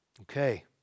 Okay